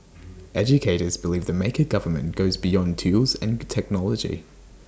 educators believe the maker government goes beyond tools and technology